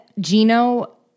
Gino